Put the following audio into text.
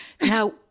Now